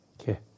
Okay